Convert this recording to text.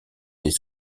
des